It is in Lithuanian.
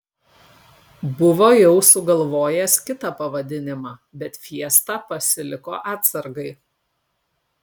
buvo jau sugalvojęs kitą pavadinimą bet fiestą pasiliko atsargai